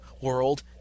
World